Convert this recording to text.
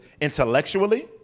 intellectually